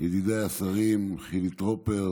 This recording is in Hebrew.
ידידיי השרים חילי טרופר